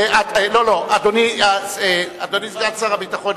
אדוני סגן שר הביטחון,